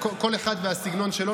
כל אחד והסגנון שלו.